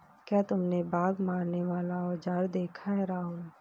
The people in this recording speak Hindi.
क्या तुमने बाघ मारने वाला औजार देखा है राहुल?